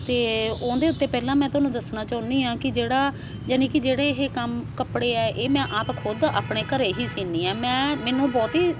ਅਤੇ ਉਹਦੇ ਉੱਤੇ ਪਹਿਲਾਂ ਮੈਂ ਤੁਹਾਨੂੰ ਦੱਸਣਾ ਚਾਹੁੰਦੀ ਹਾਂ ਕਿ ਜਿਹੜਾ ਯਾਨੀ ਕਿ ਜਿਹੜੇ ਇਹ ਕੰਮ ਕੱਪੜੇ ਆ ਇਹ ਮੈਂ ਆਪ ਖੁਦ ਆਪਣੇ ਘਰ ਹੀ ਸੀਨੀ ਹਾਂ ਮੈਂ ਮੈਨੂੰ ਬਹੁਤੀ